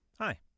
Hi